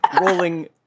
rolling